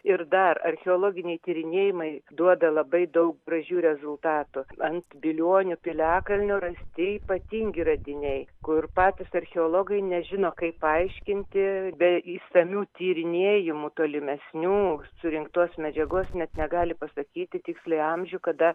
ir dar archeologiniai tyrinėjimai duoda labai daug gražių rezultatų ant bilionių piliakalnio rasti ypatingi radiniai kur patys archeologai nežino kaip paaiškinti be išsamių tyrinėjimų tolimesnių surinktos medžiagos net negali pasakyti tiksliai amžių kada